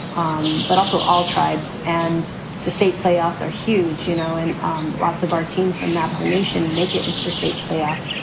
um but also all tribes and the state playoffs are huge, you know, and um lots of our teams from navajo nation make it into the state playoffs.